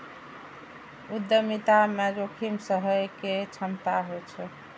उद्यमिता मे जोखिम सहय के क्षमता होइ छै